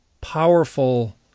powerful